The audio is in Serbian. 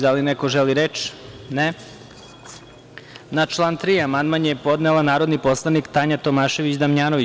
Da li neko želi reč? (Ne.) Na član 3. amandman je podnela narodni poslanik Tanja Tomašević Damnjanović.